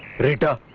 rita